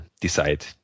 decide